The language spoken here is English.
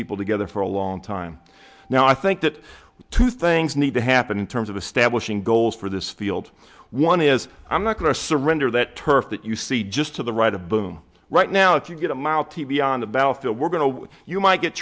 people together for a long time now i think that two things need to happen in terms of establishing goals for this field one is i'm not going to surrender that turf that you see just to the right of boom right now if you get a mile to be on the battlefield we're going to you might get